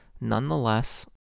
nonetheless